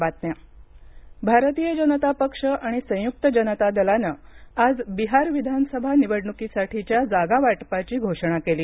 बिहार निवडणुक भारतीय जनता पक्ष आणि संयुक्त जनता दलानं आज बिहार विधानसभा निवडण्कीसाठीच्या जागावाटपाची घोषणा केली